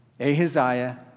Ahaziah